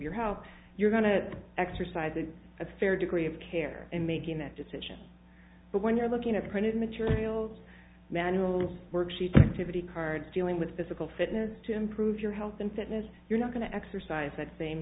health you're going to exercise a as fair degree of care in making that decision but when you're looking at the printed materials manuals work she took to the cards dealing with physical fitness to improve your health and fitness you're not going to exercise that same